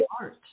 art